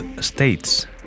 States